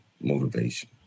motivation